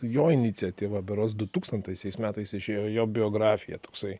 jo iniciatyva berods dutūkstantaisiais metais išėjo jo biografija toksai